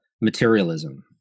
materialism